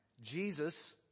Jesus